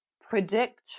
predict